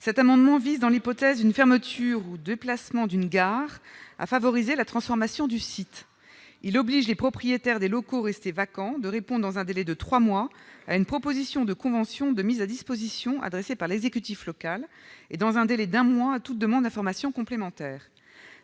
d'entre nous, vise, dans l'hypothèse d'une fermeture ou du déplacement d'une gare, à favoriser la transformation du site. Il tend à obliger les propriétaires des locaux restés vacants à répondre dans un délai de trois mois à une proposition de convention de mise à disposition adressée par l'exécutif local et dans un délai d'un mois à toute demande d'information complémentaire.